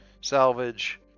salvage